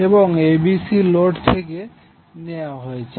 এবং abcলোড থেকে নেওয়া হয়েছে